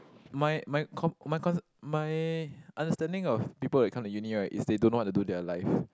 my my com~ my con~ my understanding of people that come to uni right is they don't know what to do in their life